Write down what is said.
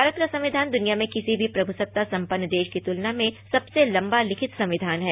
भारत का संविधान दूनिया में किसी भी प्रमुसत्ता सम्पन्न देश की तुलना में सबसे लंबा लिखित संविधान है